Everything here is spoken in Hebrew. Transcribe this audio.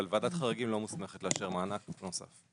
אבל ועדת חריגים לא מוסמכת לאשר מענק נוסף.